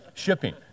shipping